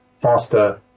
Faster